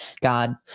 God